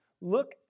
look